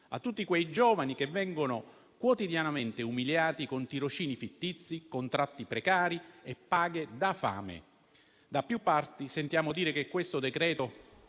a tutti quei giovani che vengono quotidianamente umiliati con tirocini fittizi, contratti precari e paghe da fame. Da più parti sentiamo dire che questo decreto-legge